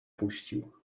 puścił